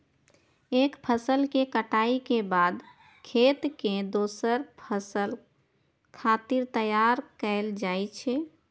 एक फसल के कटाइ के बाद खेत कें दोसर फसल खातिर तैयार कैल जाइ छै